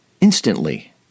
Instantly